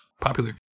popular